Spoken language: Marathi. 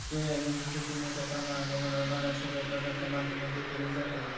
सोयाबीनची शेती मोठ्या प्रमाणात डोंगराळ भागात सर्व प्रकारच्या मातीमध्ये केली जाते